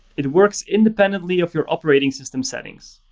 it works independently of your operating system settings.